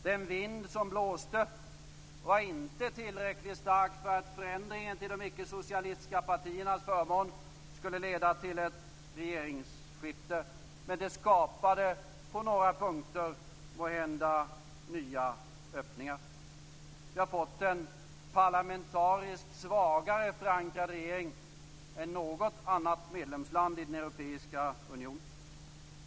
Den vind som blåste var inte tillräckligt stark för att förändringen till de ickesocialistiska partiernas förmån skulle leda till ett regeringsskifte, men den skapade på några punkter måhända nya öppningar. Vi har fått en parlamentariskt svagare förankrad regering än i något annat medlemsland i den europeiska unionen.